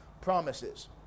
promises